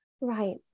Right